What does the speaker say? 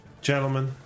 Gentlemen